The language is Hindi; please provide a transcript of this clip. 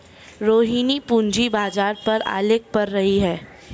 रोहिणी पूंजी बाजार पर आलेख पढ़ रही है